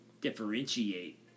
differentiate